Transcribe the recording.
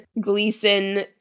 Gleason